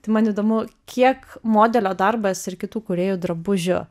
tai man įdomu kiek modelio darbas ir kitų kūrėjų drabužių